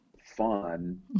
fun